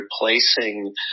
replacing